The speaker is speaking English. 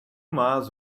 miles